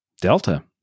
Delta